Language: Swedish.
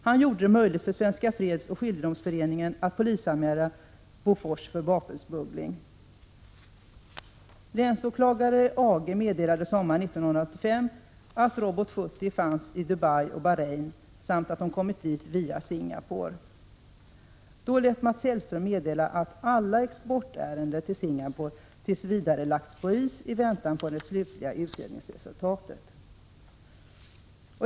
Han gjorde det möjligt för Svenska fredsoch skiljedomsföreningen att polisanmäla Bofors för vapensmuggling. Länsåklagare Age meddelade sommaren 1985 att Robot 70 fanns i Dubai och Bahrain samt att de kommit dit via Singapore. Då lät Mats Hellström meddela att exportärenden till Singapore tills vidare lagts på is i väntan på det slutgiltiga utredningsresultatet.